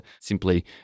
simply